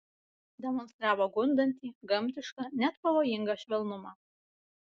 demonstravo gundantį gamtišką net pavojingą švelnumą